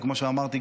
וכמו שאמרתי,